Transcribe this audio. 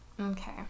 Okay